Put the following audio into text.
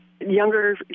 Younger